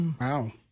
Wow